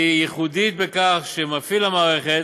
היא ייחודית בכך שמפעיל המערכת